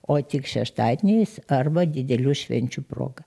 o tik šeštadieniais arba didelių švenčių proga